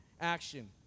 action